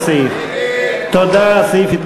ההסתייגות לא